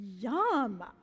Yum